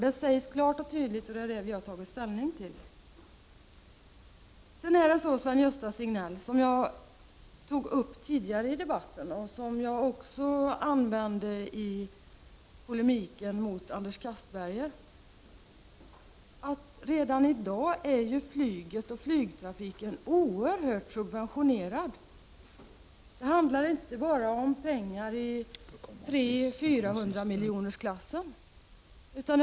Det sägs klart och tydligt, och det är det vi har tagit ställning till. Det är så, Sven-Gösta Signell, vilket jag tog upp tidigare i debatten och som jag också använde i polemik mot Anders Castberger, att flyget och flygtrafiken redan i dag subventioneras till oerhört stor del. Det handlar inte bara om pengar i 300 — 400-miljonersklassen.